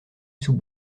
sous